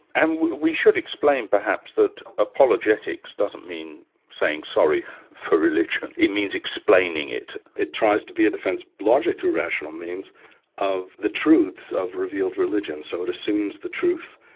and we should explain perhaps that apologetics doesn't mean saying sorry for religion, it means explaining it. it tries to be a defence logically rational means of the truths of revealed religion. so it assumes the truth,